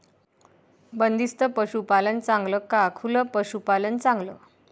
बंदिस्त पशूपालन चांगलं का खुलं पशूपालन चांगलं?